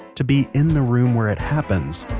to be in the room where it happens?